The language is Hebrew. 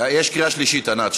יש קריאה שלישית, ענת.